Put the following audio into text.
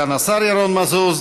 סגן השר ירון מזוז.